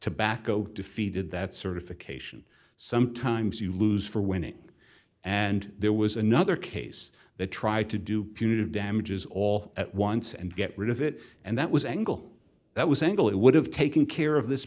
tobacco defeated that certification sometimes you lose for winning and there was another case that tried to do punitive damages all at once and get rid of it and that was angle that was angle it would have taken care of this